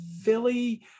philly